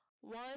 One